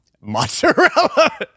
Mozzarella